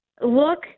look